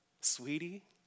sweetie